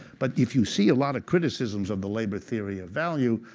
but if you see a lot of criticisms of the labor theory of value,